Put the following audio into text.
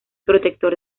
protector